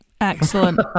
Excellent